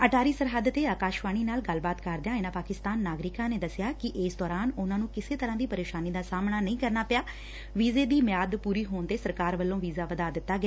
ਅਟਾਰੀ ਸਰਹੱਦ ਤੇ ਆਕਾਸ਼ਵਾਣੀ ਨਾਲ ਗੱਲਬਾਤ ਕਰਦਿਆ ਇਨੂਾਂ ਪਾਕਿਸਤਾਨ ਨਾਗਰਿਕਾਂ ਨੇ ਦੱਸਿਆ ਕਿ ਇਸ ਦੌਰਾਨ ਉਨ੍ਹਾਂ ਨੂੰ ਕਿਸੇ ਤਰ੍ਹਾਂ ਦੀ ਪ੍ਰੇਸ਼ਾਨੀ ਦਾ ਸਾਹਮਣਾ ਨਹੀਂ ਕਰਨਾ ਪਿਆ ਵੀਜੇ ਦੀ ਮਿਆਦ ਪੁਰੀ ਹੋਣ ਤੇ ਸਰਕਾਰ ਵਲੋਂ ਵੀਜਾ ਵਧਾ ਦਿੱਤਾ ਗਿਆ